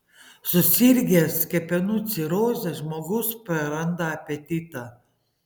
susirgęs kepenų ciroze žmogus praranda apetitą